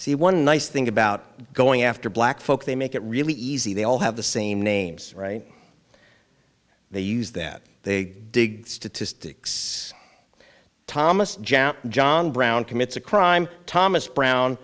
see one nice thing about going after black folk they make it really easy they all have the same names right they use that they dig statistics thomas jap john brown commits a crime thomas brown